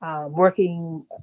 Working